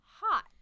hot